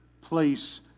place